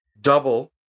double